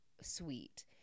sweet